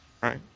right